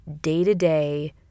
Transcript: day-to-day